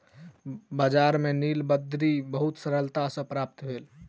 बजार में नीलबदरी बहुत सरलता सॅ प्राप्त भ गेल